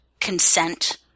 consent